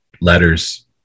letters